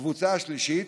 הקבוצה השלישית,